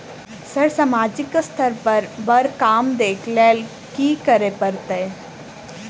Sir सामाजिक स्तर पर बर काम देख लैलकी करऽ परतै?